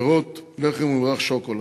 פירות, לחם וממרח שוקולד.